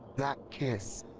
that kiss,